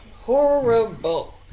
horrible